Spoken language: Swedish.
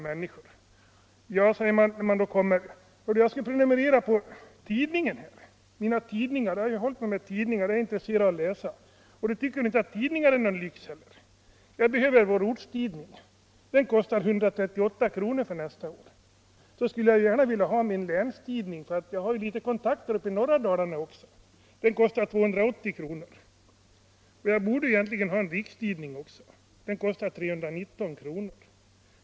Min granne säger att han skall prenumerera på tidningar för han är intresserad av att läsa. Tidningar är inte någon lyx. Han behöver ortstidningen, som kostar 138 kr. för nästa år. Så skulle jag gärna vilja ha min länstidning, för jag har ju en del kontakter i norra Dalarna också. Den kostar 280 kronor. Och jag borde egentligen ha en rikstidning. Den kostar 319 kronor.